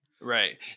right